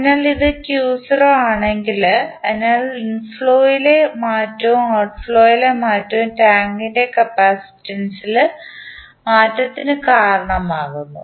അതിനാൽ ഇത് q0 ആണെങ്കിൽ അതിനാൽ ഇൻഫ്ലോ ലെ മാറ്റവും ഔട്ട്ഫ്ലോ മാറ്റവും ടാങ്കിൻറെ കപ്പാസിറ്റൻസിൽ മാറ്റത്തിന് കാരണമാകുന്നു